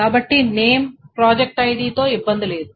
కాబట్టి name project ID తో ఇబ్బంది లేదు